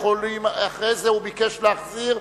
אחרי זה הוא ביקש להחזיר,